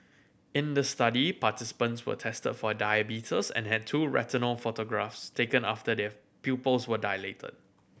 in the study participants were tested for diabetes and had two retinal photographs taken after their pupils were dilated